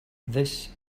this